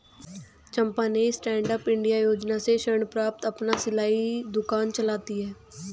चंपा ने stand up India योजना से ऋण प्राप्त कर अपना सिलाई दुकान चलाती है